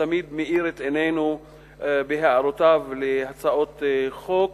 שתמיד מאיר את עינינו בהערותיו להצעות חוק,